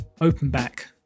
Open-back